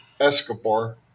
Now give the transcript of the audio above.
Escobar